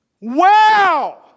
Wow